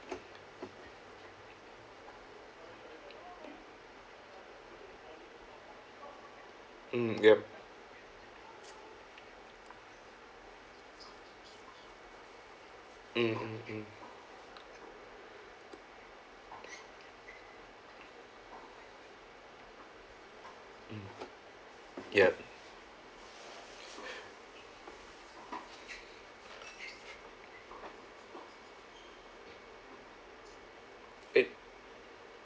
mm yup mm mm mm yup it